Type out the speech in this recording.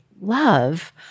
love